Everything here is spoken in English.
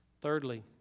Thirdly